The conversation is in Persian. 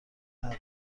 نقدی